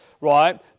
right